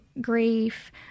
grief